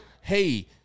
hey